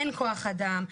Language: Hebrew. אין כוח אדם,